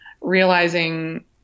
realizing